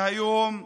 והיום,